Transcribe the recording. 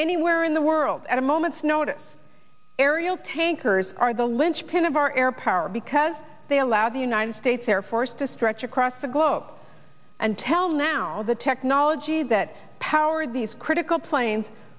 anywhere in the world at a moment's notice aerial tankers are the linchpin of our air power because they allow the united states air force to stretch across the globe and tell now the technology that powered these critical planes